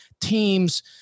teams